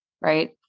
right